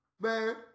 Man